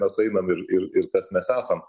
mes einam ir ir ir kas mes esam